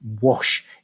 wash